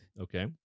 Okay